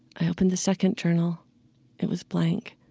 i opened the second journal it was blank.